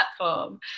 platform